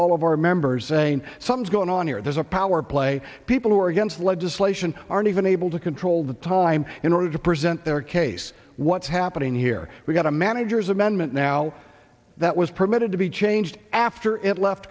all of our members saying some is going on here there's a power play people who are against legislation aren't even able to control the time in order to present their case what's happening here we've got a manager's amendment now that was permitted to be changed after it left